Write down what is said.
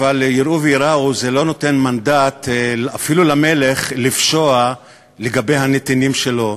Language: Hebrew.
אבל "יראו וייראו" זה לא נותן מנדט אפילו למלך לפשוע לגבי הנתינים שלו.